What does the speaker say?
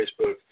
Facebook